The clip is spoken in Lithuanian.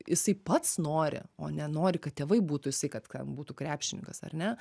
jisai pats nori o ne nori kad tėvai būtų jisai kad ten būtų krepšininkas ar ne